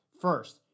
first